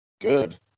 Good